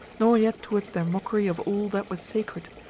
nor yet towards their mockery of all that was sacred,